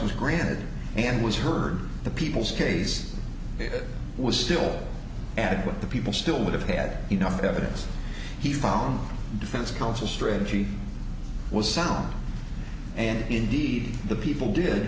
was granted and was heard the people's case was still adequate the people still would have had enough evidence he found the defense counsel strategy was sound and indeed the people did